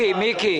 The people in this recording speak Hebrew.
אדוני השר,